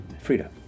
Frida